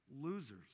Losers